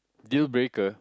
deal breaker